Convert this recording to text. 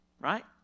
Right